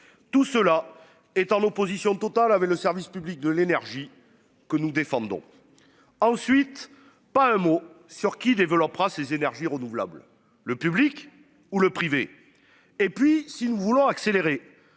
Tout cela est en opposition totale avec le service public de l'énergie que nous défendons. Ensuite, pas un mot sur qui développera ces énergies renouvelables. Le public ou le privé et puis si nous voulons accélérer